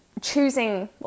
choosing